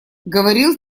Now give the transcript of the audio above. говорил